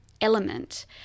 element